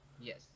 Yes